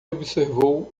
observou